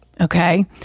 Okay